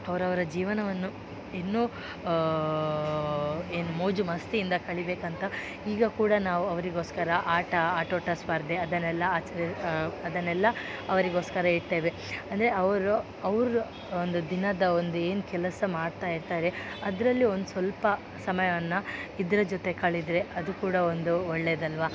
ಅವರವರ ಜೀವನವನ್ನು ಇನ್ನೂ ಏನು ಮೋಜು ಮಸ್ತಿಯಿಂದ ಕಳಿಯಬೇಕಂತ ಈಗ ಕೂಡ ನಾವು ಅವರಿಗೋಸ್ಕರ ಆಟ ಆಟೋಟ ಸ್ಪರ್ಧೆ ಅದನ್ನೆಲ್ಲ ಆಚ ಅದನ್ನೆಲ್ಲ ಅವರಿಗೋಸ್ಕರ ಇಡ್ತೇವೆ ಅಂದರೆ ಅವರು ಅವ್ರ ಒಂದು ದಿನದ ಒಂದು ಏನು ಕೆಲಸ ಮಾಡ್ತಾಯಿರ್ತಾರೆ ಅದರಲ್ಲಿ ಒಂದು ಸ್ವಲ್ಪ ಸಮಯವನ್ನು ಇದ್ರ ಜೊತೆ ಕಳೆದರೆ ಅದು ಕೂಡ ಒಂದು ಒಳ್ಳೆಯದಲ್ವಾ